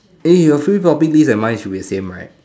eh your free topic list and mine should be the same right